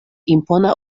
impona